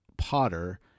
Potter